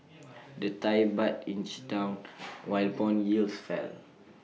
the Thai Baht inched down while Bond yields fell